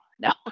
No